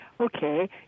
Okay